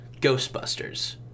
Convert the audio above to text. Ghostbusters